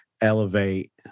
elevate